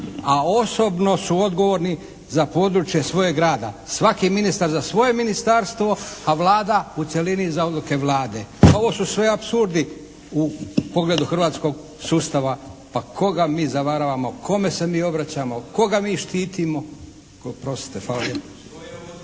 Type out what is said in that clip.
a osobno u odgovorni za područje svojeg rada, svaki ministar za svoje ministarstvo, a Vlada u cjelini za odluke Vlade. Pa ovo su sve apsurdi u pogledu hrvatskog sustav. Pa koga mi zavaravamo? Kome se mi obraćamo? Koga mi štitimo? **Bebić, Luka